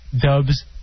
Dubs